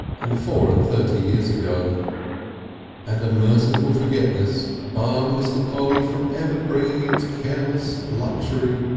and four and thirty years ago and a merciful forgetfulness barred mr. polly from ever bringing its careless luxury,